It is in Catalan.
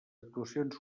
actuacions